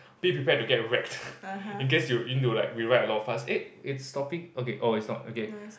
be prepared to get wrecked in case you need to like rewrite a lot of points eh it's stopping okay oh it's not okay